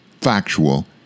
factual